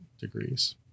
degrees